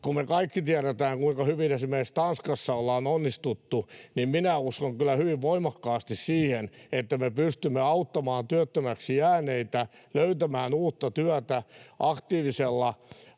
kun me kaikki tiedetään, kuinka hyvin esimerkiksi Tanskassa ollaan onnistuttu, niin minä uskon kyllä hyvin voimakkaasti siihen, että me pystymme auttamaan työttömäksi jääneitä löytämään uutta työtä aktiivisella